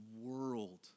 world